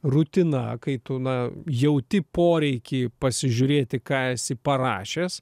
rutina kai tu na jauti poreikį pasižiūrėti ką esi parašęs